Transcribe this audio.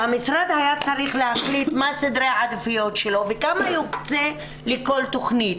והמשרד היה צריך להחליט מה סדרי העדיפויות שלו וכמה יוקצה לכל תכנית.